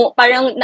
parang